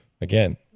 again